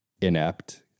inept